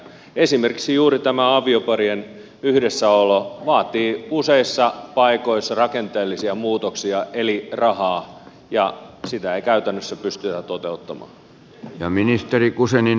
esimerkiksi juuri tämä avioparien yhdessäolo vaatii useissa paikoissa rakenteellisia muutoksia eli rahaa ja sitä ei käytännössä pystytä toteuttamaan